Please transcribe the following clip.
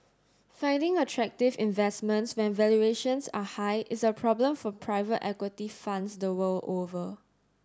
finding attractive investments when valuations are high is a problem for private equity funds the world over